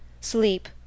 Sleep